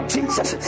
Jesus